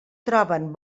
troben